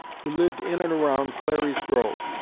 who lived in and around clary's grove,